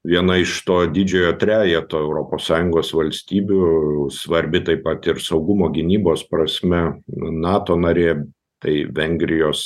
viena iš to didžiojo trejeto europos sąjungos valstybių svarbi taip pat ir saugumo gynybos prasme nato narė tai vengrijos